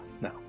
no